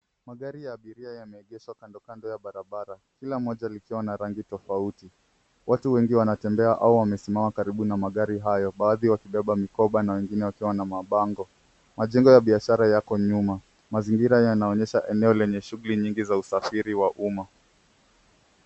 Magari ya abiria yameegeshwa kando kando ya barabara kila moja likiwa na rangi tofauti. Watu wengi wanatembea au wamesimama karibu na magari hayo baadhi wakibeba mikoba na wengine wakiwa na mabango. Majengo ya biashara yako nyuma. Mazingira yanaonyaesha eneo lenye shughuli nyingi za usafiri wa umma.